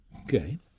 Okay